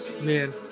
Man